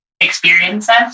experiences